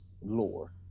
lore